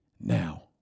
now